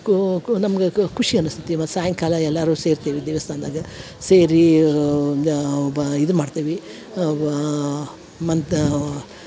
ಕು ಕು ನಮ್ಗು ಖುಷಿ ಅನಸ್ತತಿ ಮತ್ತು ಸಾಯಂಕಾಲ ಎಲ್ಲಾರು ಸೇರ್ತೀವಿ ದೇವಸ್ಥಾನ್ದಾಗ ಸೇರಿ ಅವ್ ದ ಬ ಇದು ಮಾಡ್ತೇವಿ ಅವಾ ಮಂತಾವ್